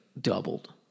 doubled